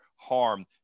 Harm